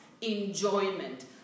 enjoyment